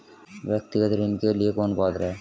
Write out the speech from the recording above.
व्यक्तिगत ऋण के लिए कौन पात्र है?